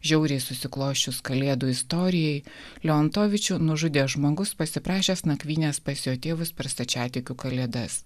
žiauriai susiklosčius kalėdų istorijai leontovičių nužudė žmogus pasiprašęs nakvynės pas jo tėvus per stačiatikių kalėdas